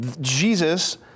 Jesus